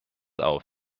auf